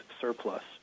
surplus